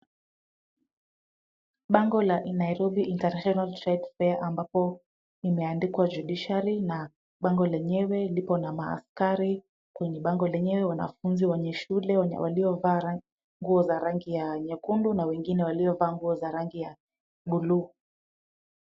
Bango la Nairobi International Trade Fair ambapo imeandikwa Judiciary na bango lenyewe lipo na mahakari kwenye bango lenyewe. Wanafunzi wenye shule waliovaa nguo za rangi ya nyekundu na wengine waliovaa za rangi ya buluu.